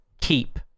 keep